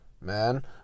Man